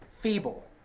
feeble